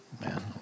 Man